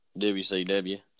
WCW